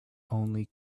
only